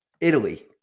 Italy